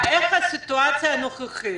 איך הסיטואציה הנוכחית,